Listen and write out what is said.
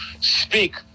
speak